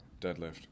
deadlift